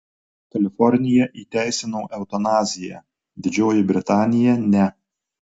kalifornija įteisino eutanaziją didžioji britanija ne